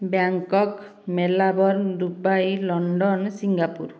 Bangkok Melbourne Dubai London Singapore